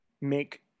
make